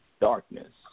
darkness